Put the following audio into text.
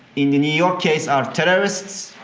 in the new york case are terrorists.